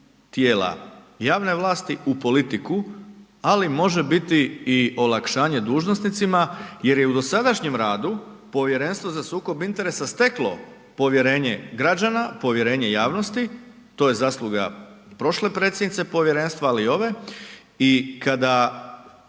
tijela javne vlasti, u politiku ali može biti i olakšanje dužnosnicima jer je u dosadašnjem radu Povjerenstvo za sukob interesa steklo povjerenje građana, povjerenje javnosti, to je zasluga prošle predsjednice povjerenstva ali i ove i kada